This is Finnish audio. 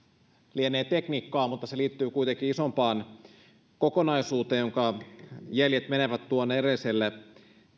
lienee tekniikkaa mutta se liittyy kuitenkin isompaan kokonaisuuteen jonka jäljet menevät tuonne edelliselle